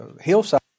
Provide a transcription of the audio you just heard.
hillside